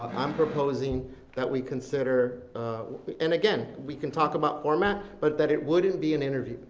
i'm proposing that we consider and again, we can talk about format, but that it wouldn't be an interview.